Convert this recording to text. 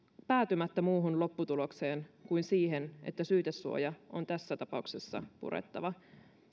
päätymättä muuhun lopputulokseen kuin siihen että syytesuoja on tässä tapauksessa purettava